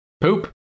Poop